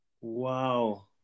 Wow